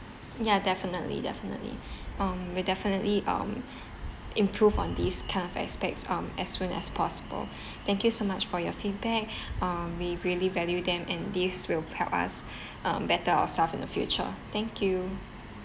ya definitely definitely um we'll definitely um improve on these kind of aspects um as soon as possible thank you so much for your feedback um we really value them and these will help us um better ourselves in the future thank you